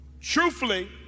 truthfully